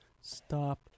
stop